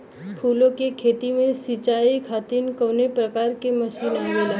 फूलो के खेती में सीचाई खातीर कवन प्रकार के मशीन आवेला?